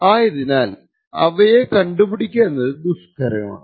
അതിനാൽ അവയെ കണ്ടുപിടിക്കുക എന്നത് ദുഷ്കരമാണ്